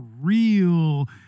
real